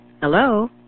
Hello